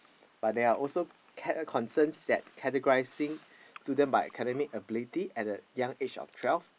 but there are also care concerns that categorising students by academic ability at a young age of twelve